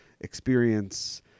experience